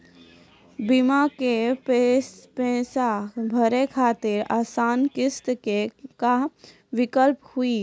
बीमा के पैसा भरे खातिर आसान किस्त के का विकल्प हुई?